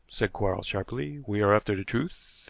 said quarles sharply. we are after the truth